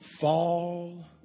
fall